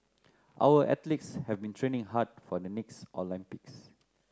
our athletes have been training hard for the next Olympics